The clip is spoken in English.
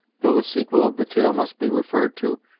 though the sequel of the tale must be referred to,